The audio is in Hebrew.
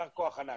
יישר כוח ענק.